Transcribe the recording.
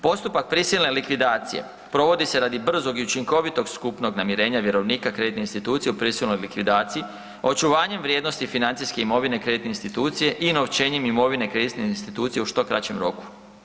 Postupak prisilne likvidacije provodi se radi brzog i učinkovitog skupnog namirenja vjerovnika kreditne institucije u prisilnoj likvidaciji, očuvanjem vrijednosti financijske imovine kreditne institucije i unovčenjem imovine kreditne institucije u što kraćem roku.